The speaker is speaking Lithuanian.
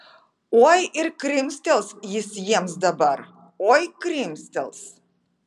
oi ir krimstels jis jiems dabar oi krimstels